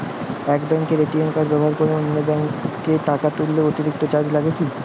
এক ব্যাঙ্কের ATM card ব্যবহার করে অন্য ব্যঙ্কে টাকা তুললে অতিরিক্ত চার্জ লাগে কি?